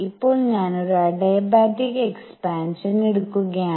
ഇപ്പോൾ ഞാൻ ഒരു അഡിയാബാറ്റിക് എക്സ്പാൻഷൻ എടുക്കുകയാണ്